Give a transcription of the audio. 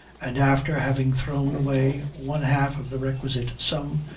and, after having thrown away one half of the requisite sum,